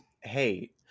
hey